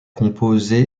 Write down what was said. composé